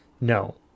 no